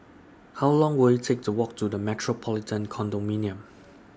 How Long Will IT Take to Walk to The Metropolitan Condominium